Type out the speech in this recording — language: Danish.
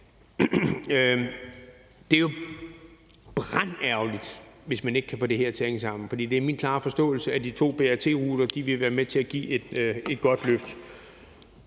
Det er jo brandærgerligt, hvis man ikke kan få det her til at hænge sammen, for det er min klare forståelse, at de to BRT-ruter vil være med til at give et godt løft.